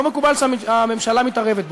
לא מקובל שהממשלה מתערבת בו.